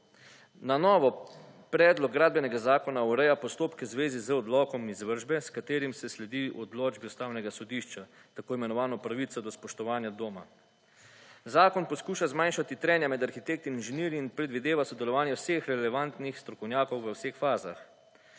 Na novo Predlog gradbenega zakona ureja postopke v zvezi z odlokom izvršbe, s katerim se sledi odločbi Ustavnega sodišča tako imenovano pravico do spoštovanja doma. Zakon poskuša zmanjšati trenja med arhitekti in inženirji in predvideva sodelovanje vseh relevantnih strokovnjakov v vseh fazah.